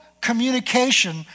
communication